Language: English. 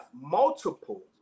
multiple